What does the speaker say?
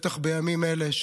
בטח בימים אלה,